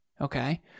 Okay